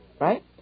Right